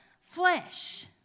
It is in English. flesh